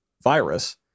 virus